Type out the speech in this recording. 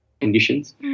conditions